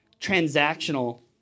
transactional